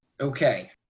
Okay